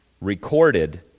recorded